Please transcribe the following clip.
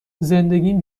زندگیم